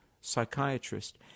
psychiatrist